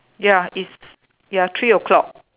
ya is ya three o-clock